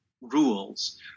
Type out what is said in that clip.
rules